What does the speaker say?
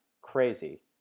Crazy